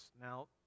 Now